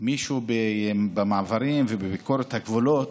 מישהו במעברים ובביקורת הגבולות,